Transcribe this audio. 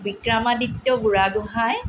Vikramaditya Burhagohain